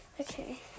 okay